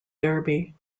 derby